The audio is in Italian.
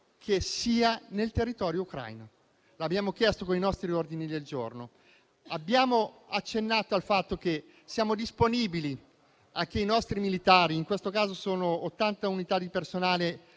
militare nel territorio ucraino: l'abbiamo chiesto con i nostri ordini del giorno. Abbiamo accennato al fatto che siamo disponibili che i nostri militari, in questo caso sono 80 unità di personale